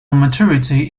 maturity